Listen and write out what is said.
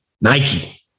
Nike